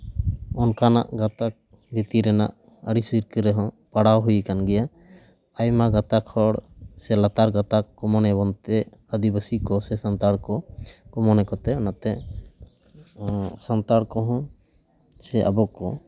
ᱚᱱᱠᱟᱱᱟᱜ ᱜᱟᱛᱟᱠ ᱵᱷᱤᱛᱤᱨ ᱨᱮᱱᱟᱜ ᱟᱹᱲᱤᱥ ᱦᱤᱨᱠᱟᱹ ᱨᱮᱦᱚᱸ ᱯᱟᱲᱟᱣ ᱦᱩᱭ ᱟᱠᱟᱱ ᱜᱮᱭᱟ ᱟᱭᱢᱟ ᱜᱟᱛᱟᱠ ᱦᱚᱲ ᱥᱮ ᱞᱟᱛᱟᱨ ᱜᱟᱛᱟᱠ ᱠᱚ ᱢᱚᱱᱮ ᱵᱚᱱᱛᱮ ᱟᱹᱫᱤᱵᱟᱹᱥᱤ ᱠᱚ ᱥᱮ ᱥᱟᱱᱛᱟᱲ ᱠᱚ ᱢᱚᱱᱮ ᱠᱚᱛᱮ ᱚᱱᱟᱛᱮ ᱥᱟᱱᱛᱟᱲ ᱠᱚᱦᱚᱸ ᱥᱮ ᱟᱵᱚ ᱠᱚ